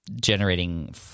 generating